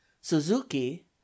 suzuki